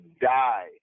die